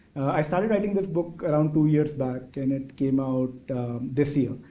i started writing this book around two years back and it came out this year.